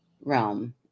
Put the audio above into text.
realm